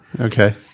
Okay